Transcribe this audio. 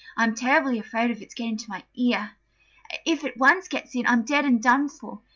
i'm terribly afraid of its getting into my ear if it once gets in, i'm dead and done for.